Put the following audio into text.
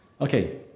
Okay